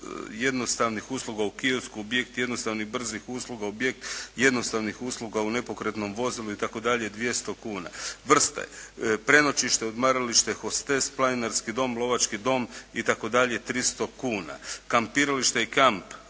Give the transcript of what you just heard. jednostavnih usluga u kiosku, objekt jednostavnih i brzih usluga, objekt jednostavnih usluga u nepokretnom vozilu itd. 200 kuna. Vrste prenoćište, odmaralište, hostel, planinarski dom, lovački dom itd. 300 kuna. Kampiralište i kamp